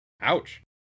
Ouch